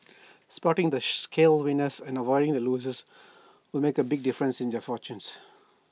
spotting the shale winners and avoiding the losers will make A big difference in their fortunes